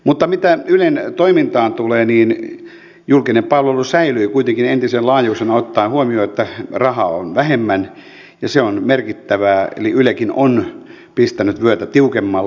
mutta mitä ylen toimintaan tulee niin julkinen palvelu säilyy kuitenkin entisen laajuisena ottaen huomioon että rahaa on vähemmän ja se on merkittävää eli ylekin on pistänyt vyötä tiukemmalle